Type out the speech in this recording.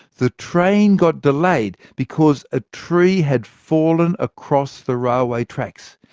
the train got delayed because a tree had fallen across the railway tracks.